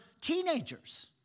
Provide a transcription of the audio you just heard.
teenagers